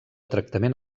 tractament